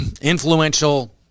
influential